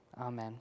amen